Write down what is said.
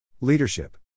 Leadership